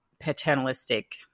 paternalistic